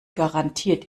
garantiert